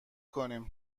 کنیم